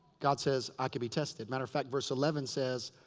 god says, i can be tested. matter of fact, verse eleven says,